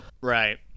Right